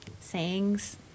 sayings